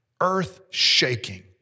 earth-shaking